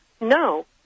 No